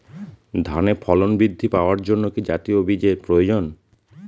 ধানে ফলন বৃদ্ধি পাওয়ার জন্য কি জাতীয় বীজের প্রয়োজন?